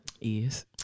yes